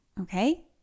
okay